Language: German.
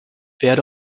werde